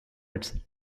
its